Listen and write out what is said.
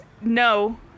no